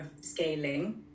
scaling